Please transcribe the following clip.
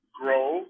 grow